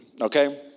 Okay